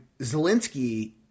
Zelensky